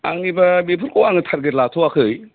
आंनिबा बेफोरखौ आंङो तारगेत लाथवाखै